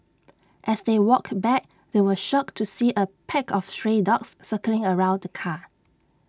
as they walked back they were shocked to see A pack of stray dogs circling around the car